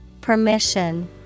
Permission